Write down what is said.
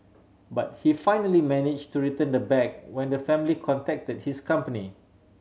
but he finally manage to return the bag when the family contacted his company